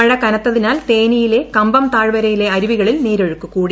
മഴ കനത്തതിനാൽ തേനിയിലെ കമ്പം താഴ്വരയിലെ അരുവികളിൽ നീരൊഴുക്ക് കൂടി